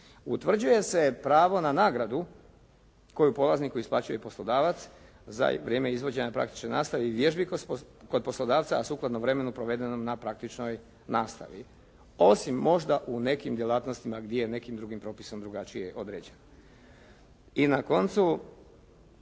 Utvrđuje se pravo na nagradu koju polazniku isplaćuje poslodavac za vrijeme izvođenja praktične nastave i vježbi kod poslodavca, a sukladno vremenu provedenom na praktičnoj nastavi, osim možda u nekim djelatnostima gdje je nekim drugim propisom drugačije određeno. I na koncu,